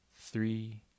three